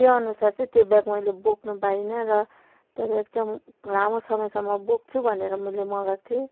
त्यो अनुसार चाहिँ त्यो ब्याग मैले बोक्नु पाइनँ र त्यो ब्याग चाहिँ लामो समयसम्म बोक्छु भनेर मैले मगाएको थिएँ